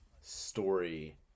story